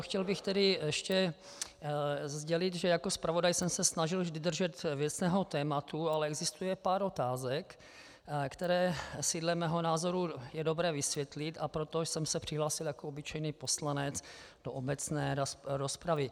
Chtěl bych tedy ještě sdělit, že jako zpravodaj jsem se snažil vždy držet věcného tématu, ale existuje pár otázek, které si dle mého názoru je dobré vysvětlit, a proto jsem se přihlásil jako obyčejný poslanec do obecné rozpravy.